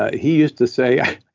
ah he used to say,